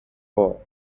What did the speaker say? fore